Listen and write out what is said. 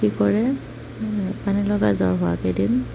কি কৰে পানী লগা জ্বৰ হোৱা কেইদিন